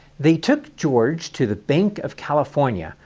they took george to the bank of california,